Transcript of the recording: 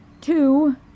two